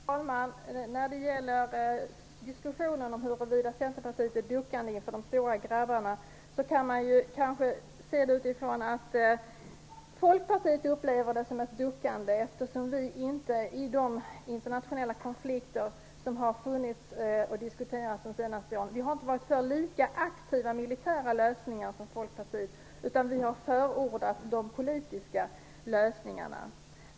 Herr talman! Först vill jag ta upp diskussionen om att Centerpartiet duckar inför de stora grabbarna. Man kanske kan se det så att Folkpartiet upplever det som ett duckande eftersom vi i de internationella konflikter som har funnits och diskuterats under de senaste åren inte har varit för lika aktiva militära lösningar som Folkpartiet, utan förordat politiska lösningar.